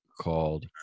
called